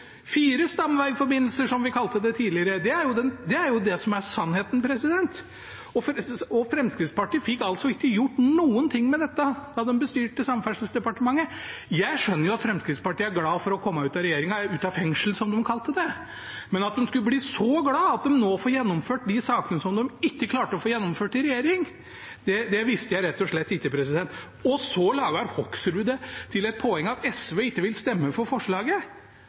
som vi kalte det tidligere. Det er jo det som er sannheten. Fremskrittspartiet fikk ikke gjort noen ting med dette da de bestyrte Samferdselsdepartementet. Jeg skjønner at Fremskrittspartiet er glade for å komme ut av regjeringen, «ut av fengselet», som de kalte det, men at de skulle bli så glade for at vi nå får gjennomført de sakene som de ikke klarte å få gjennomført i regjering, visste jeg rett og slett ikke. Representanten Hoksrud lager det til et poeng at SV ikke vil stemme for forslaget.